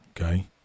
Okay